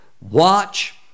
Watch